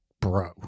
bro